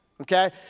okay